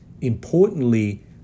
Importantly